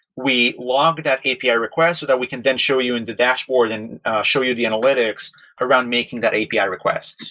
we log that api request so that we can then show you in the dashboard and show you the analytics around making that api request.